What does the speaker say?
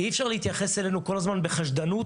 אי-אפשר להתייחס אלינו כל הזמן בחשדנות,